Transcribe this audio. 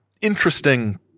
interesting